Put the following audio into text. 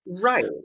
Right